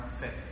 Faith